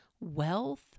wealth